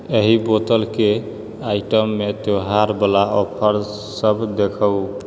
एहि बोतलके आइटममे त्यौहार बला ऑफर सभ देखाउ